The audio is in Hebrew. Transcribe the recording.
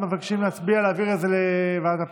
מבקשים להצביע להעביר את זה לוועדת הפנים?